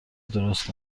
درست